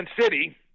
City